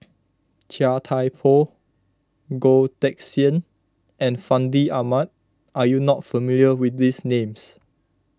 Chia Thye Poh Goh Teck Sian and Fandi Ahmad are you not familiar with these names